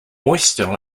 oyster